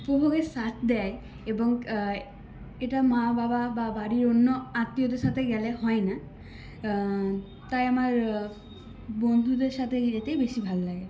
উপভোগের সাথ দেয় এবং এটা মা বাবা বা বাড়ির অন্য আত্মীয়দের সাথে গেলে হয় না তাই আমার বন্ধুদের সাথে যেতেই বেশি ভাল লাগে